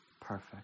perfect